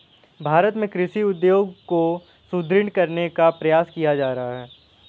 भारत में कृषि उद्योग को सुदृढ़ करने का प्रयास किया जा रहा है